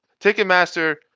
Ticketmaster